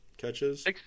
catches